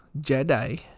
Jedi